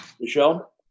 Michelle